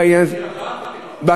בעניין הזה, אני הודעתי לו.